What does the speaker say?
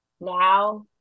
now